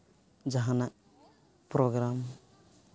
ᱡᱟᱦᱟᱱᱟᱜ ᱯᱨᱳᱜᱨᱟᱢ